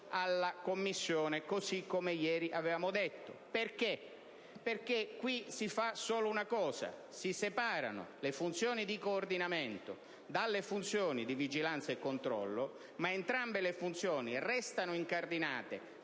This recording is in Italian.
alla Commissione, così come ieri avevamo detto. Qui si fa solo una cosa, infatti: si separano le funzioni di coordinamento dalle funzioni di vigilanza e di controllo. Entrambe le funzioni restano però incardinate